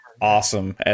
awesome